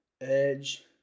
Edge